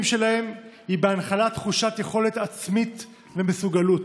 שלהן היא בהנחלת תחושת יכולת עצמית ומסוגלות,